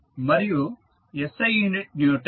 మరియు SI unit Newton